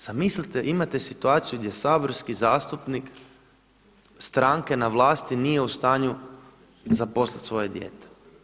Zamislite imate situaciju gdje saborski zastupnik, stranke na vlasti nije u stanju zaposliti svoje dijete.